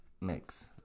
Mix